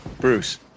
Bruce